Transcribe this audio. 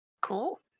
cool